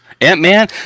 Ant-Man